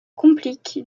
complique